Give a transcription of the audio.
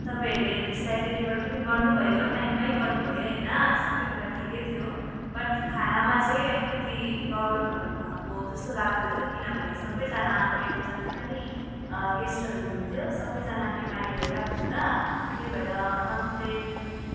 तपाईँहरूले त्यसलाई डेलिभर पनि गर्नु भयो टाइममै गर्नु भयो होइन सबै कुरा ठिकै थियो बट खानामा चाहिँ अलिकति प्रबल्महरू भएको जस्तो लाग्दथ्यो किनभने सबैजना मेरो जति पनि गेस्टहरू हुनुहुन्थ्यो सबैजना बिमारी भइरहेको थियो त त्यही भएर कमप्लेन